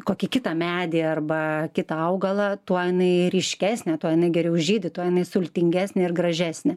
kokį kitą medį arba kitą augalą tuo jinai ryškesnė tuo geriau žydi tuo jinai sultingesnė ir gražesnė